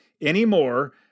anymore